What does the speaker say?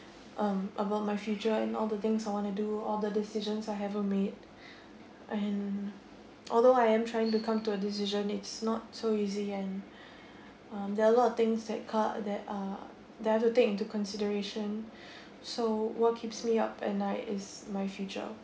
um about my future and all the things I want to do all the decisions I haven't made and although I am trying to come to a decision it's not so easy and um there're a lot of things that ca~ that uh that I have to take into consideration so what keeps me up at night is my future